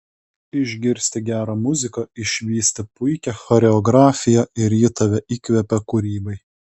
išgirsti gerą muziką išvysti puikią choreografiją ir ji tave įkvepia kūrybai